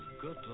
good